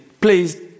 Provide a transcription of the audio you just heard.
Please